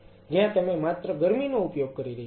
જ્યાં તમે માત્ર ગરમીનો ઉપયોગ કરી રહ્યા છો